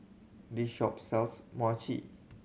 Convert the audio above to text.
this shop sells Mochi